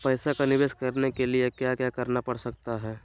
पैसा का निवेस करने के लिए क्या क्या करना पड़ सकता है?